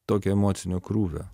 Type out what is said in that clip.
tokio emocinio krūvio